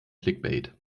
clickbait